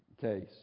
case